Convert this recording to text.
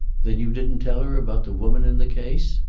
then you didn't tell her about the woman in the case?